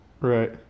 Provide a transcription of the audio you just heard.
Right